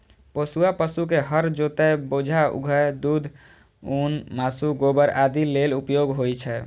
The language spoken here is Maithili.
पोसुआ पशु के हर जोतय, बोझा उघै, दूध, ऊन, मासु, गोबर आदि लेल उपयोग होइ छै